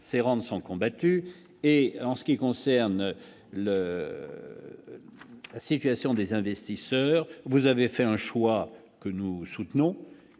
rendent sont combattus et en ce qui concerne la situation des investisseurs, vous avez fait un choix que nous soutenons,